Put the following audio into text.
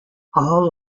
all